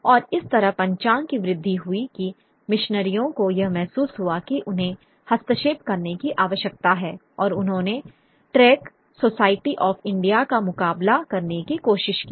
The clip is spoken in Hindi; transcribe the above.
और इस तरह पंचांग की वृद्धि हुई कि मिशनरियों को यह महसूस हुआ कि उन्हें हस्तक्षेप करने की आवश्यकता है और उन्होंने ट्रैक सोसाइटी ऑफ इंडिया का मुकाबला करने की कोशिश की